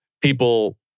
people